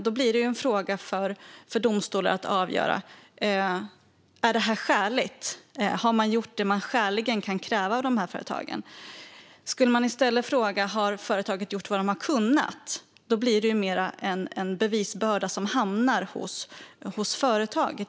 Då blir det en fråga för domstolar att avgöra om detta är skäligt och om företagen har gjort det som skäligen kan krävas av dem. Skulle man i stället fråga om företagen har gjort vad de har kunnat blir det mer en bevisbörda som hamnar hos företagen.